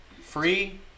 Free